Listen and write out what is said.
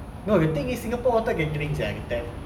no the thing is singapore water can drink sia the tap